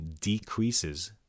decreases